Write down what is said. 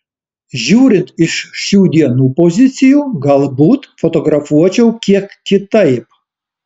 žiūrint iš šių dienų pozicijų galbūt fotografuočiau kiek kitaip